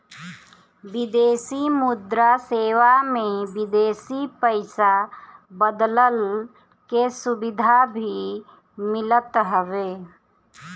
विदेशी मुद्रा सेवा में विदेशी पईसा बदलला के सुविधा भी मिलत हवे